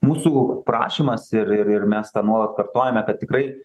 mūsų prašymas ir ir ir mes tą nuolat kartojame kad tikrai